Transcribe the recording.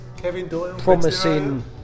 promising